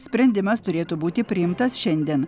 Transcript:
sprendimas turėtų būti priimtas šiandien